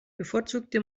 bevorzugte